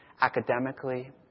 academically